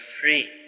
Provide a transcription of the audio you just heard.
free